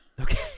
Okay